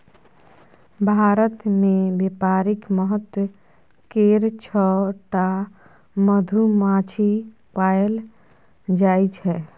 भारत मे बेपारिक महत्व केर छअ टा मधुमाछी पएल जाइ छै